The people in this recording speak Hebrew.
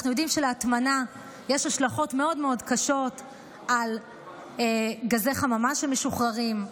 אנחנו יודעים שלהטמנה יש השלכות מאוד מאוד קשות על גזי חממה שמשתחררים,